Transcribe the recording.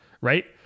right